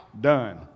done